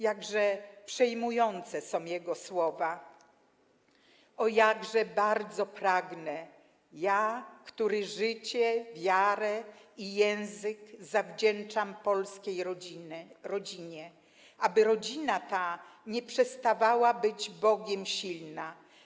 Jakże przejmujące są Jego słowa: O jakże bardzo pragnę, ja, który życie, wiarę i język zawdzięczam polskiej rodzinie, aby rodzina ta nie przestawała być Bogiem silna.